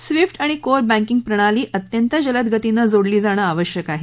Swift आणि core banking प्रणाली अत्यंत जलदगतीनं जोडली जाणं आवश्यक आहे